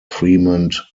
fremont